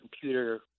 computer